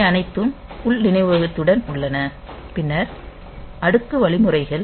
அவை அனைத்தும் உள் நினைவகத்துடன் உள்ளன பின்னர் அடுக்கு வழிமுறைகள்